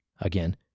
again